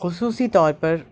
خصوصی طور پر